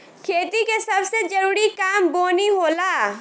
खेती के सबसे जरूरी काम बोअनी होला